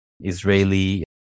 Israeli